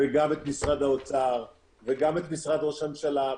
וגם את משרד האוצר, וגם את משרד ראש הממשלה.